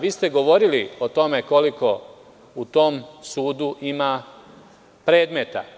Vi ste govorili o tome koliko u tom sudu ima predmeta.